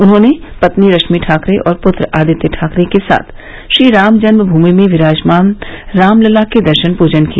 उन्होंने पत्नी रश्मि ठाकरे और पृत्र आदित्य ठाकरे के साथ श्रीरामजन्ममूमि में विराजमान रामलला का दर्शन पूजन किया